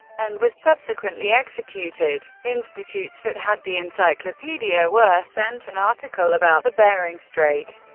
and was subsequently executed, institutes that had the encyclopaedia were sent an article about the bering strait,